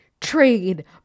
trade